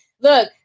Look